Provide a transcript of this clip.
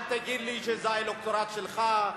אל תגיד לי שזה האלקטורט שלך,